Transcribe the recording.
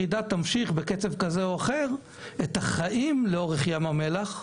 בירידה שיכולה לפגוע בחיים לאורך ים המלח.